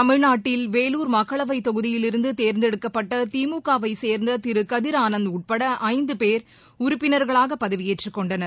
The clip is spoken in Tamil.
தமிழ்நாட்டில் வேலூர் மக்களவை தொகுதியிலிருந்து தேர்ந்தெடுக்கப்பட்ட திமுக வைச் சேர்ந்த திரு கதிர் ஆனந்த் உட்பட ஐந்து பேர் உறுப்பினர்களாக பதவியேற்றுக் கொண்டனர்